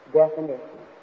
definition